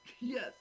Yes